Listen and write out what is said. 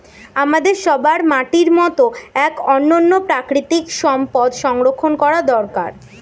আমাদের সবার মাটির মতো এক অনন্য প্রাকৃতিক সম্পদ সংরক্ষণ করা দরকার